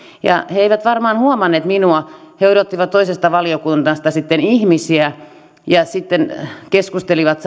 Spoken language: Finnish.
he eivät varmaan huomanneet minua he odottivat toisesta valiokunnasta ihmisiä ja keskustelivat